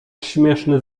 śmieszny